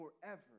forever